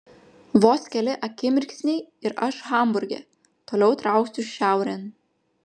vos keli akimirksniai ir aš hamburge toliau trauksiu šiaurėn